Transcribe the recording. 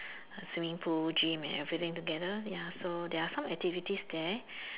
swimming pool gym and everything together ya so there are some activities there